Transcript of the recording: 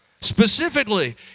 Specifically